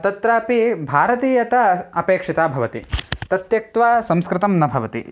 तत्रापि भारतीयता स् अपेक्षिता भवति तत् त्यक्त्वा संस्कृतं न भवति